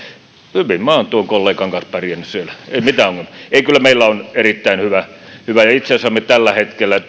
minä olen tuon kollegan kanssa pärjännyt siellä ei mitään ongelmaa kyllä meillä on erittäin hyvä yhteistyö ja itse asiassa me tällä hetkellä